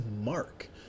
mark